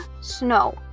Snow